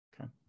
okay